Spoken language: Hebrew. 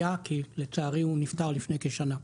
היה, כי לצערי הוא נפטר לפני כשנה.